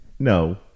No